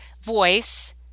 voice